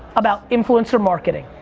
about influencer marketing.